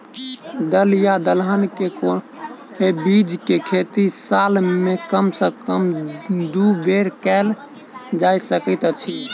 दल या दलहन केँ के बीज केँ खेती साल मे कम सँ कम दु बेर कैल जाय सकैत अछि?